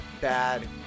bad